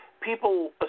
people